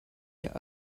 your